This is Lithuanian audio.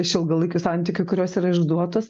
iš ilgalaikių santykių kurios yra išduotos